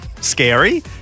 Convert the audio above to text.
scary